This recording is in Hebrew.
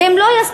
והם לא יסכימו.